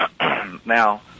Now